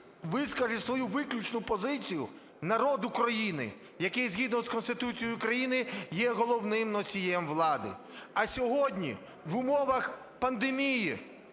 вискаже свою виключну позицію народ України, який згідно з Конституцією України є головним носієм влади. А сьогодні в умовах пандемії,